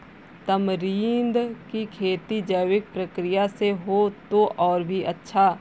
tamarind की खेती जैविक प्रक्रिया से हो तो और भी अच्छा